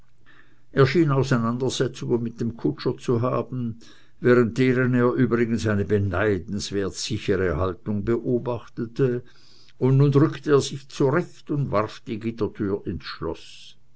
schien auseinandersetzungen mit dem kutscher zu haben während deren er übrigens eine beneidenswert sichere haltung beobachtete und nun rückte er sich zurecht und warf die gittertür ins schloß